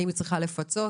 האם היא צריכה לפצות,